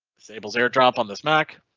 disable airdrop on this mac.